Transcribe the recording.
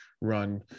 run